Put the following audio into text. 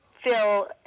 feel